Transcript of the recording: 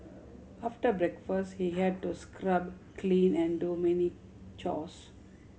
after breakfast he had to scrub clean and do many chores